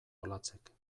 olatzek